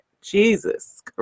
Jesus